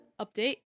Update